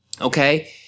okay